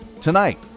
tonight